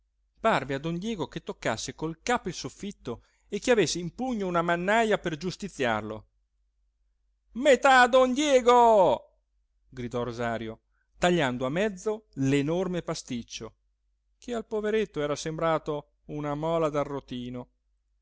parve a don diego che toccasse col capo il soffitto e che avesse in pugno una mannaja per giustiziarlo metà a don diego gridò rosario tagliando a mezzo l'enorme pasticcio che al poveretto era sembrato una mola d'arrotino